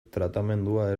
tratamendua